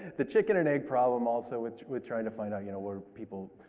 the chicken and egg problem also with with trying to find out, you know where people